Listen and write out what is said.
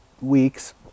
weeks